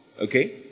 Okay